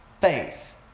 faith